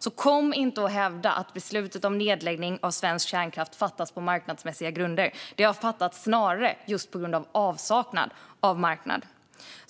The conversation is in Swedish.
Så kom inte och hävda att beslutet om nedläggning av svensk kärnkraft fattats på marknadsmässiga grunder! Det har snarare fattats på grund av avsaknad av marknad.